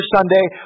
Sunday